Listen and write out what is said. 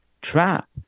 trap